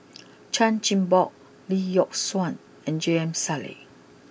Chan Chin Bock Lee Yock Suan and J M Sali